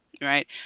right